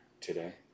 today